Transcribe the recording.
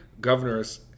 governors